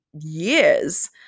years